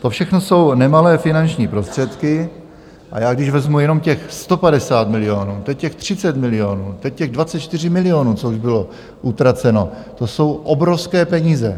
To všechno jsou nemalé finanční prostředky a já, když vezmu jenom těch 150 milionů, teď těch 30 milionů, teď těch 24 milionů, co už bylo utraceno, to jsou obrovské peníze.